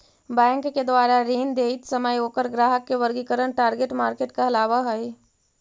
bank के द्वारा ऋण देइत समय ओकर ग्राहक के वर्गीकरण टारगेट मार्केट कहलावऽ हइ